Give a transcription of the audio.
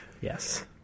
Yes